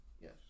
Yes